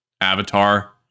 Avatar